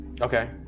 Okay